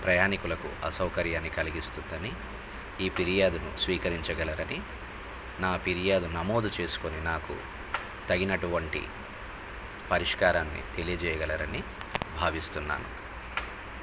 ప్రయాణికులకు అసౌకర్యాన్ని కలిగిస్తుందని ఈ ఫిర్యాదును స్వీకరించగలరని నా ఫిర్యాదు నమోదు చేసుకొని నాకు తగినటువంటి పరిష్కారాన్ని తెలియచేయగలరని భావిస్తున్నాను